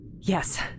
Yes